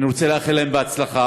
אני רוצה לאחל להם הצלחה,